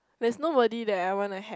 that's nobody there I want to have